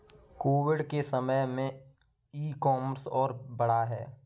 Covid के समय में ई कॉमर्स और बढ़ा है